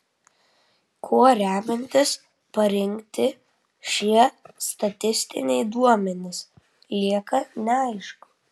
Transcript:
kuo remiantis parinkti šie statistiniai duomenys lieka neaišku